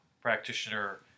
Practitioner